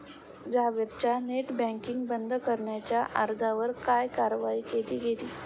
जावेदच्या net banking बंद करण्याच्या अर्जावर काय कारवाई केली गेली?